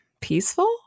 peaceful